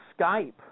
Skype